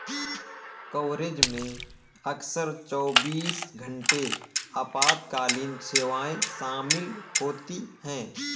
coverage में अक्सर चौबीस घंटे आपातकालीन सेवाएं शामिल होती हैं